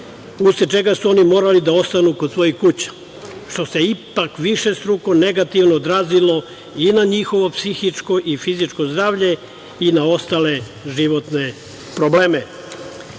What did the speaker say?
usled čega su oni morali da ostanu kod svojih kuća, što se ipak višestruko negativno odrazilo i na njihovo psihičko i fizičko zdravlje i na ostale životne probleme